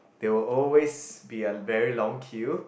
there will always be a very long queue